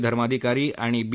धर्माधिकारी आणि बी